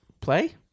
play